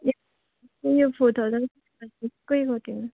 ए यो four thousand